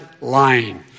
lying